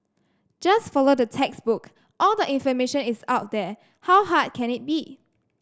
just follow the textbook all the information is out there how hard can it be